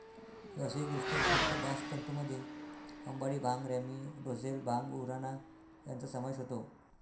व्यावसायिकदृष्ट्या उपयुक्त बास्ट तंतूंमध्ये अंबाडी, भांग, रॅमी, रोझेल, भांग, उराणा यांचा समावेश होतो